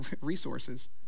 Resources